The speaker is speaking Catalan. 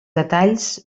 detalls